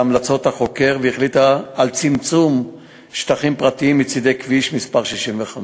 המלצות החוקר והחליטה על צמצום שטחים פרטיים מצדי כביש 65,